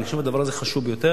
אני חושב שזה חשוב ביותר,